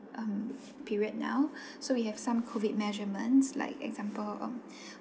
um period now so we have some COVID measurements like example um